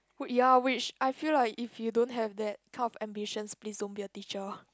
wh~ ya which I feel like if you don't have that kind of ambitions please don't be a teacher